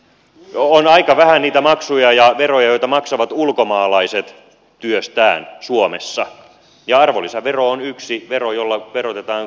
on aika vähän niitä maksuja ja veroja joita maksavat ulkomaalaiset työstään suomessa ja arvonlisävero on yksi vero jolla verotetaan tuontituotteita